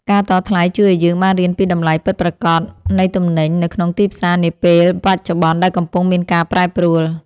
ការតថ្លៃជួយឱ្យយើងបានរៀនពីតម្លៃពិតប្រាកដនៃទំនិញនៅក្នុងទីផ្សារនាពេលបច្ចុប្បន្នដែលកំពុងមានការប្រែប្រួល។